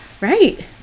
right